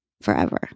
forever